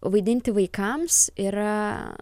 vaidinti vaikams yra